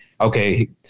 okay